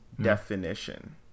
definition